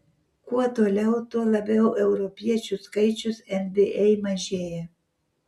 kuo toliau tuo labiau europiečių skaičius nba mažėja